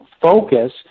focus